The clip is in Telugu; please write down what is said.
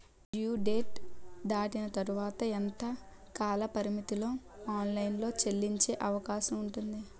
డ్యూ డేట్ దాటిన తర్వాత ఎంత కాలపరిమితిలో ఆన్ లైన్ లో చెల్లించే అవకాశం వుంది?